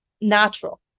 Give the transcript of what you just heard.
natural